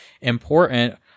important